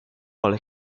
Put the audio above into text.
oleh